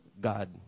God